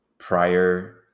Prior